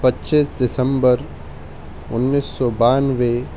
پچیس دسمبر انیس سو بانوے